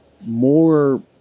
more